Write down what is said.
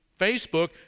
Facebook